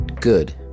Good